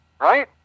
right